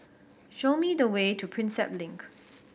show me the way to Prinsep Link